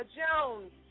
jones